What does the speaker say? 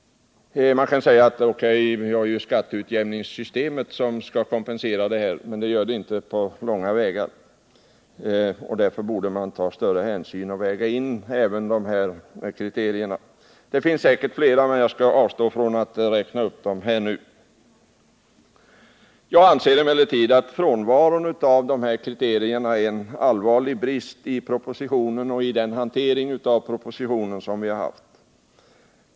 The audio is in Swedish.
Man kan säga: O.K. — vi har ju skatteutjämningssystemet som skall kompensera det här. Men det gör det inte på långa vägar, och därför borde man ta större hänsyn och väga in även dessa kriterier. Det finns fler, men jag skall avstå från att räkna upp dem nu. Jag anser emellertid att frånvaron av de här kriterierna i propositionen är en allvarlig brist. Det gäller också hanteringen av propositionen.